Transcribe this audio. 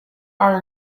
are